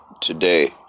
today